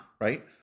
Right